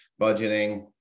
budgeting